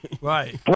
right